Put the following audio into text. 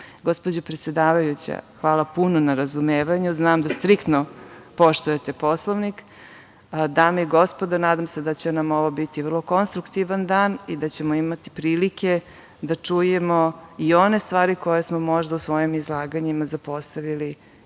predsedavajuća, hvala puno na razumevanju. Znam da striktno poštujte Poslovnik. Dami i gospodo, nadam se da će nam ovo biti vrlo konstruktivan dan i da ćemo imati prilike da čujemo i one stvari koje smo možda u svojim izlaganjima zapostavili